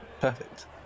perfect